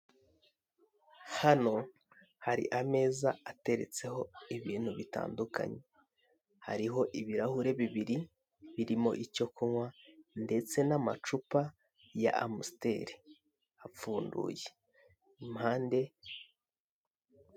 Hano hari ameza ateretseho ibintu bitandukanye. Hariho ibirahure bibiri birimo icyo kunywa ndetse n'amacupa ya Amstel, apfunduye impande....